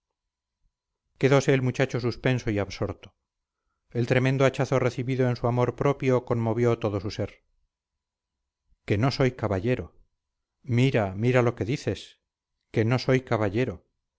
caballero quedose el muchacho suspenso y absorto el tremendo hachazo recibido en su amor propio conmovió todo su ser que no soy caballero mira mira lo que dices que no soy caballero